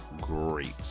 great